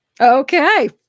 Okay